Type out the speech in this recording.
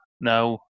now